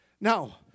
Now